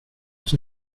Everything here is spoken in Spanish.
los